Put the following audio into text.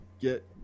get